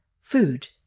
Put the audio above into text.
Food